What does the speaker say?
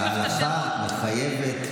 ההלכה מחייבת.